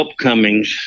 upcomings